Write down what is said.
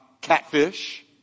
catfish